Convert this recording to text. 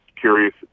curious